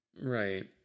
right